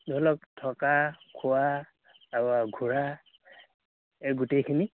ধৰি লওক থকা খোৱা তাৰ পৰা ঘুৰা এই গোটেইখিনি